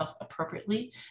appropriately